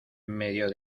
medio